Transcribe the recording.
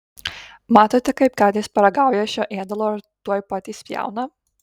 matote kaip katės paragauja šio ėdalo ir tuoj pat išspjauna